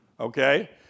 Okay